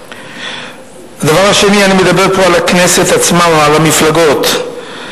הדבר השני, הכנסת עצמה, או המפלגות,